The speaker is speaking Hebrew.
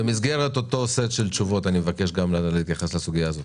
במסגרת סט התשובות אבקש שתתייחס גם לסוגיה הזו.